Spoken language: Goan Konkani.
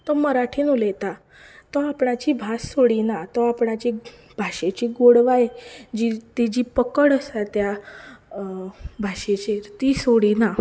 तो मराठींत उलयता तो आपणाची भास सोडिना तो आपणाची भाशेची गोडवाय जी तेजी पकड आसा त्या भाशेचेर ती सोडिना